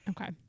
Okay